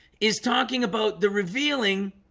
is talking about the revealing?